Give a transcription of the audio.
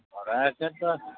ଭଡ଼ା ଅକାରରେ ତ